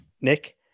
Nick